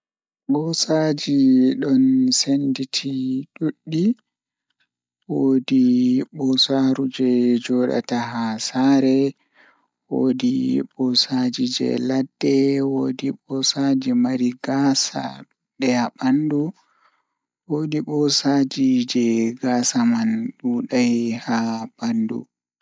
Wallinde jei mi walli kannjum woni Miɗo supporti e charity ngal ko ndiyam jeydi, sabu o waɗi daɗɗo ngam jokkondirɗe e hoore maɓɓe. Mi yiɗi tiiɗde ngam ko o wayi faama ɗum ko maɓɓe foti waɗi e hoore. Miɗo supporti kadi ngam jokkondirɗe, sabu mi ngoni e saama.